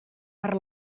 per